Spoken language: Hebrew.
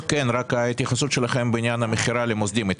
ההתייחסות שלכם בעניין המכירה למוסדיים.